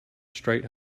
straight